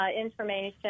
information